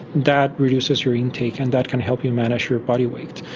that reduces your intake and that can help you manage your body weight.